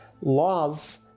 laws